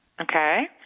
Okay